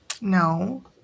No